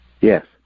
Yes